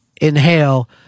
inhale